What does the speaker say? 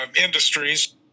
industries